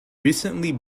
recently